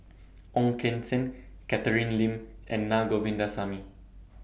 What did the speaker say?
Ong Keng Sen Catherine Lim and Naa Govindasamy